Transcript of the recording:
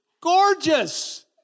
gorgeous